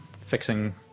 fixing